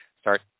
start